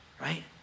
Right